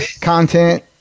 content